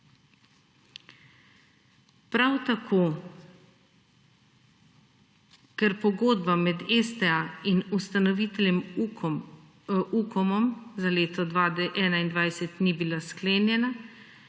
Prav tako, ker pogodba med STA in ustanoviteljem UKOM za leto 2021 ni bila sklenjena